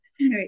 Right